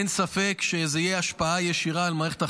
אין ספק שתהיה לזה השפעה ישירה על מערכת החינוך.